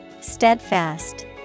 Steadfast